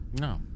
No